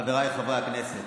חבריי חברי הכנסת,